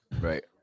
Right